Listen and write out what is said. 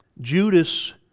Judas